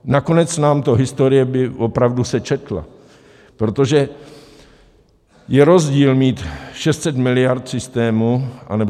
Nakonec by nám to historie opravdu sečetla, protože je rozdíl mít 600 miliard v systému, anebo 450.